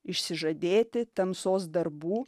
išsižadėti tamsos darbų